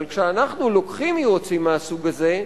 אבל כשאנחנו לוקחים יועצים מהסוג הזה,